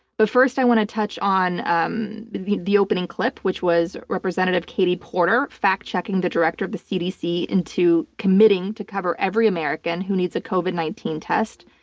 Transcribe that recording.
but first i want to touch on um the the opening clip, which was representative katie porter, fact-checking the director of the cdc into committing to cover every american who needs a covid nineteen test.